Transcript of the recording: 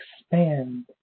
expand